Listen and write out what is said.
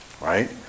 right